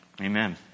Amen